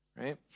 right